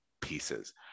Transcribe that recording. pieces